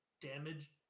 damage